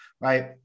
right